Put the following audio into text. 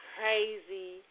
crazy